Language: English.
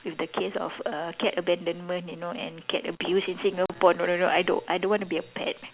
with the case of err cat abandonment you know and cat abuse in Singapore no no no I don't I don't want to be a pet